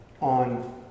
on